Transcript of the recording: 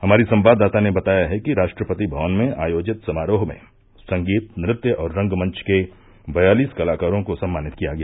हमारी संवाददाता ने बताया है कि राष्ट्रपति भवन में आयोजित समारोह में संगीत नृत्य और रंगमंच के बयालिस कलाकारों को सम्मानित किया गया